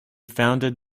founded